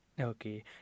Okay